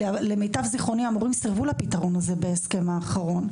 המורים סירבו לפתרון הזה בהסכם האחרון,